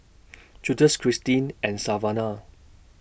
Justus Kristin and Savana